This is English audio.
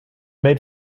made